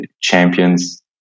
champions